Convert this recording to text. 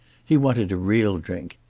he wanted a real drink.